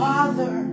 Father